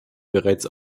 bereits